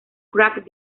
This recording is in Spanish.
crack